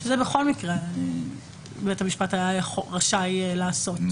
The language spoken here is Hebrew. בכל מקרה בית המשפט היה רשאי לעשות.